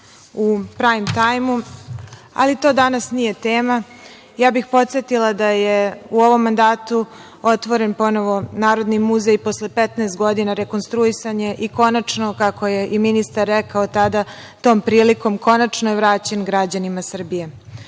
u „prajm tajmu“, ali to danas nije tema. Ja bih podsetila da je u ovom mandatu otvoren ponovo Narodni muzej. Posle 15 godina rekonstruisan je i konačno, kako je i ministar rekao tada tom prilikom, konačno je vraćen građanima Srbije. Važno